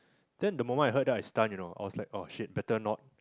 then the moment I heard I stunt you know I was like oh shit better not